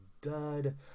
dud